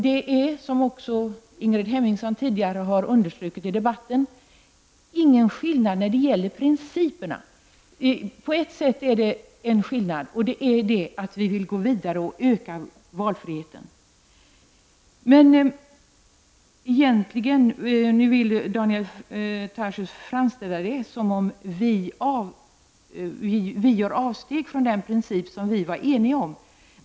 Det föreligger, som Ingrid Hemmingsson har understrukit tidigare i debatten, ingen skillnad när det gäller principerna, bortsett från det faktum att vi vill gå vidare här och utöka valfriheten. Nu vill Daniel Tarschys framställa det så, att vi skulle göra avsteg från den princip som vi gemensamt var eniga om.